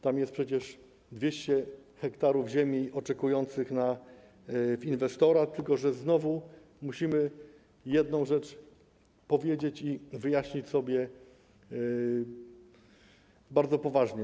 Tam jest przecież 200 ha ziemi oczekującej na inwestora, tylko że znowu musimy jedną rzecz powiedzieć i wyjaśnić sobie bardzo poważnie.